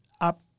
up